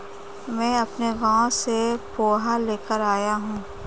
मैं अपने गांव से पोहा लेकर आया हूं